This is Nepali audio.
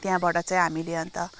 त्यहाँबाट चाहिँ हामीले अन्त